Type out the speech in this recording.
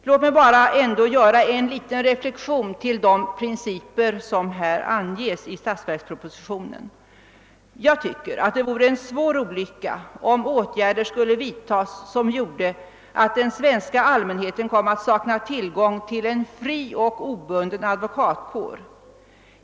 Låt mig ändå göra en reflexion till de principer som anges i statsverkspropositionen. Jag tycker att det vore en svår olycka om åtgärder skulle vidtas som medförde att den svenska allmänheten kommer att sakna tillgång till en fri och obunden advokatkår.